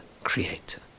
Creator